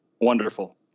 wonderful